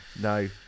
No